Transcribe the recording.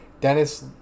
Dennis